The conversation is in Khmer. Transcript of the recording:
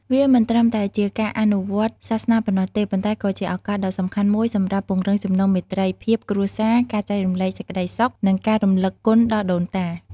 វាមិនត្រឹមតែជាការអនុវត្តសាសនាប៉ុណ្ណោះទេ ប៉ុន្តែក៏ជាឱកាសដ៏សំខាន់មួយសម្រាប់ពង្រឹងចំណងមេត្រីភាពគ្រួសារ ការចែករំលែកសេចក្ដីសុខ និងការរំលឹកគុណដល់ដូនតា។